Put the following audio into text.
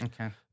Okay